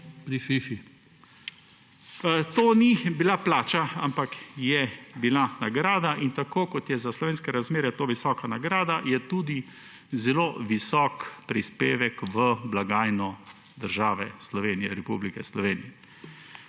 To ni bila plača, ampak je bila nagrada, in tako kot je za slovenske razmere to visoka nagrada, je tudi zelo visok prispevek v blagajno države Slovenije, Republike Slovenije.